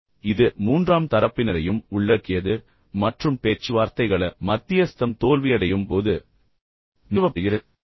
இப்போது இது மூன்றாம் தரப்பினரையும் உள்ளடக்கியது மற்றும் பேச்சுவார்த்தைகள மத்தியஸ்தம் தோல்வியடையும் போது நிறுவப்படுகிறது